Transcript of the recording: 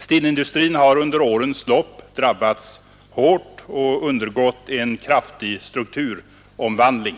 Stenindustrin har under årens lopp drabbats hårt och undergått en kraftig strukturomvandling.